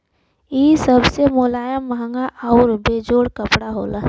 इ सबसे मुलायम, महंगा आउर बेजोड़ कपड़ा होला